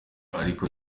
ariko